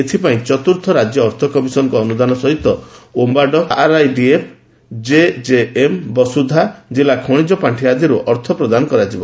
ଏଥିପାଇଁ ଚତୁର୍ଥି ରାକ୍ ଅର୍ଥ କମିଶନଙ୍କ ଅନୁଦାନ ସହିତ ଓମ୍ଘାଡକ ଆରଆଇଡିଏଫ୍ ଜେଜେଏମ୍ ବସୁଧା ଜିଲ୍ଲା ଖଣିଜ ପାଣୁ ଆଦିରୁ ଅର୍ଥ ପ୍ରଦାନ କରାଯିବ